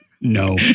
No